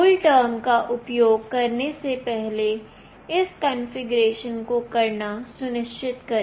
cool term का उपयोग करने से पहले इस कॉन्फ़िगरेशन को करना सुनिश्चित करें